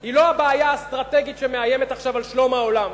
היא לא הבעיה האסטרטגית שמאיימת עכשיו על שלום העולם,